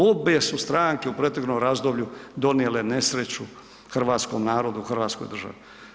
Obje su stranke u proteklom razdoblju donijele nesreću hrvatskom narodu i hrvatskoj državi.